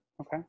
okay